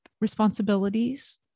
responsibilities